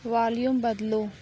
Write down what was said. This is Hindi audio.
वॉल्यूम बदलो